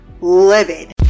livid